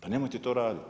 Pa nemojte to raditi.